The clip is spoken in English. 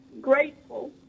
grateful